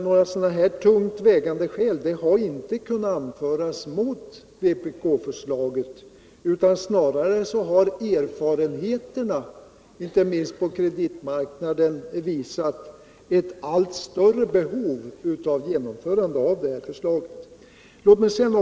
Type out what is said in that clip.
Sådana tungt vägande skäl har inte kunnat anföras mot vpk-förslaget, utan snarare har erfarenheterna, inte minst från kreditmarknaden, visat på cwu allt större behov av ett genomförande av detta förslag.